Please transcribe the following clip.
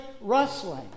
rustling